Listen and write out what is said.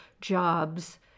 jobs